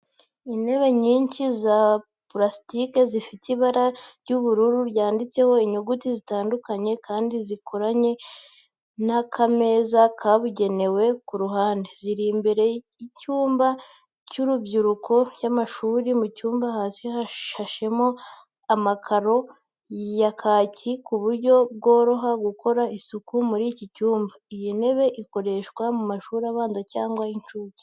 Intebe nyinshi za pulasitike zifite ibara ry'ubururu zanditseho inyuguti zitandukanye, kandi zikoranye n’akameza kabugenewe ku ruhande. Ziri imbere cyumba cy'inyubako y'amashuri. Mu cyumba hasi hashashemo amakaro ya kaki ku buryo byoroha gukora isuku muri iki cyumba. Iyi ntebe ikoreshwa mu mashuri abanza cyangwa ay'incuke.